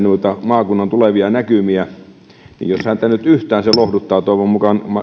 maakunnan tulevia näkymiä että jos häntä nyt yhtään se lohduttaa toivon mukaan